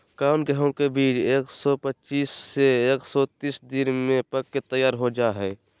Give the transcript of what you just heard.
कौन गेंहू के बीज एक सौ पच्चीस से एक सौ तीस दिन में पक के तैयार हो जा हाय?